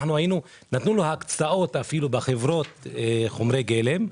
נתנו לנו הקצאות החברות, חומרי גלם,